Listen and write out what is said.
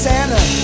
Santa